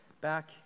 back